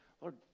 Lord